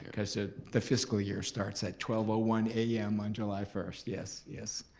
cause ah the fiscal year starts at twelve ah one a m. on july first. yes, yes,